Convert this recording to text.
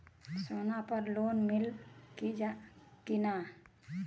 सोना पर लोन मिली की ना?